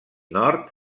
nord